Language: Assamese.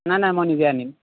নাই নাই মই নিজে আনিম